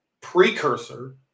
precursor